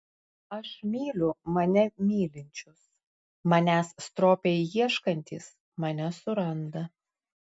aš myliu mane mylinčius manęs stropiai ieškantys mane suranda